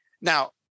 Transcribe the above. now